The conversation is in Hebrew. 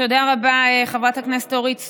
תודה רבה, חברת הכנסת אורית סטרוק.